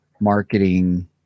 marketing